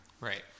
Right